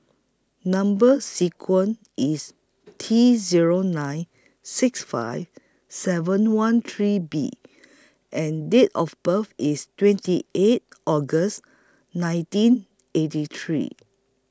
Number sequence IS T Zero nine six five seven one three B and Date of birth IS twenty eight August nineteen eighty three